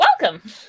welcome